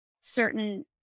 certain